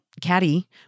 caddy